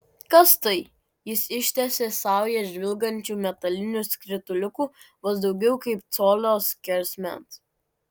kas tai jis ištiesė saują žvilgančių metalinių skrituliukų vos daugiau kaip colio skersmens